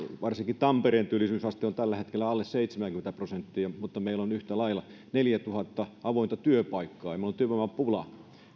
varsinkin tampereen työllisyysaste on tällä hetkellä alle seitsemänkymmentä prosenttia mutta meillä on yhtä lailla neljätuhatta avointa työpaikkaa ja meillä on työvoimapula